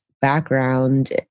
background